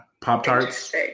Pop-tarts